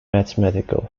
mathematical